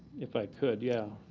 if i could yeah